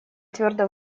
твердо